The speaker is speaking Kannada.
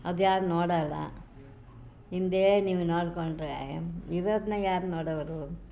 ಅದ್ಯಾರೂ ನೋಡೋಲ್ಲ ನಿಮ್ಮದೇ ನೀವು ನೋಡಿಕೊಂಡ್ರೆ ಇರೋದನ್ನ ಯಾರು ನೋಡೋರು